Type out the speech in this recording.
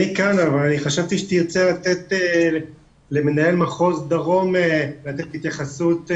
אני כאן אבל חשבתי שתרצה לתת למנהל מחוז דרום לתת התייחסות.